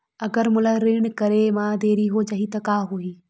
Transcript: अगर मोला ऋण करे म देरी हो जाहि त का होही?